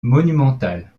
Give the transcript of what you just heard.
monumentale